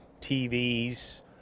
TVs